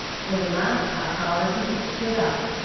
for the last half hour he had stood up,